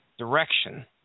direction